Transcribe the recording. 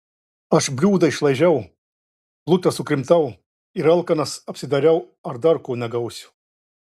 aš bliūdą išlaižiau plutą sukrimtau ir alkanas apsidairiau ar dar ko negausiu